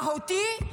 מהותי,